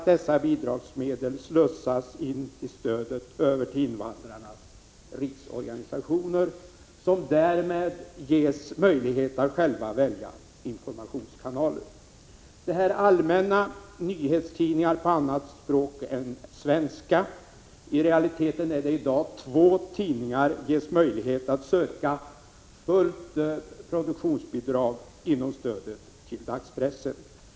Dessa bidragsmedel kommer dock att slussas över till stödet till invandrarnas riksorganisationer, som därmed ges möjlighet att själva välja informationskanaler. Vårt förslag innebär vidare att allmänna nyhetstidningar på annat språk än svenska ges möjlighet att söka fullt produktionsbidrag. I realiteten gäller detta två nyhetstidningar på annat språk än svenska.